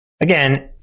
Again